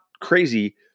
crazy